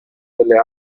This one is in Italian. delle